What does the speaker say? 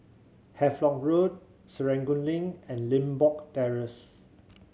Havelock Road Serangoon Link and Limbok Terrace